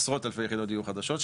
עשרות אלפי יחידות דיור חדשות,